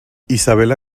isabella